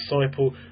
disciple